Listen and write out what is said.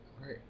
Right